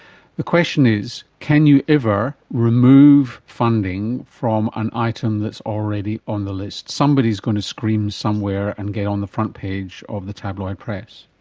the question is, can you ever remove funding from an item that is already on the list? somebody is going to scream somewhere and get on the front page of the tabloid press.